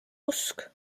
usk